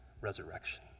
resurrection